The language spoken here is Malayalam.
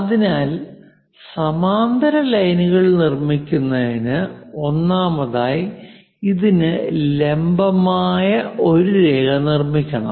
അതിനാൽ സമാന്തര ലൈനുകൾ നിർമ്മിക്കുന്നതിന് ഒന്നാമതായി ഇതിന് ലംബമായ ഒരു രേഖ നിർമ്മിക്കണം